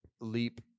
leap